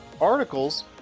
articles